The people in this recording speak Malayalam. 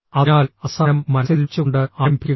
അതിനാൽ അവസാനം മനസ്സിൽ വെച്ചുകൊണ്ട് ആരംഭിക്കുക